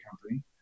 company